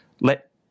let